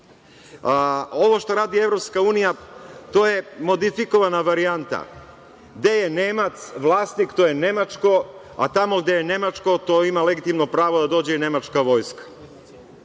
što radi EU, to je modifikovana varijanta. Gde je Nemac vlasnik, to je nemačko, a tamo gde je nemačko, to ima legitimno pravo da dođe i nemačka vojska.